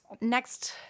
Next